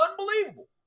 unbelievable